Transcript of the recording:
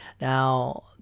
Now